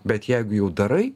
bet jeigu jau darai